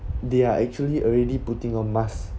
they are actually already putting on mask